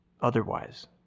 otherwise